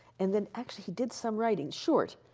and then actually he did some writing, short,